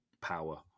power